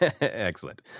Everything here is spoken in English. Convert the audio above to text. Excellent